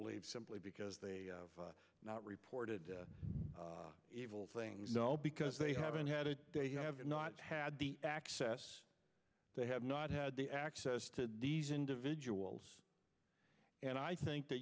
believe simply because they have not reported evil things because they haven't had it they have not had the access they have not had the access to these individuals and i think th